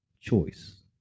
choice